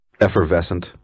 effervescent